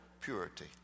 purity